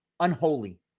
unholy